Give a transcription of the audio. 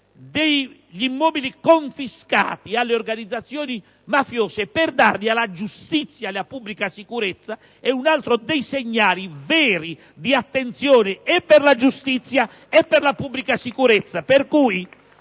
degli immobili confiscati alle organizzazioni mafiose per darli alla giustizia e alla pubblica sicurezza è un altro segnale vero di attenzione per la giustizia e per la pubblica sicurezza. *(Applausi